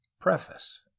Preface